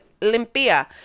limpia